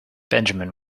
benjamin